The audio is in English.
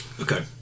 Okay